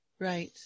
Right